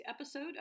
episode